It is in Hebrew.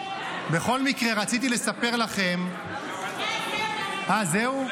בכל מקרה, רציתי לספר לכם, אה, זהו?